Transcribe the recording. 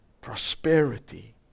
prosperity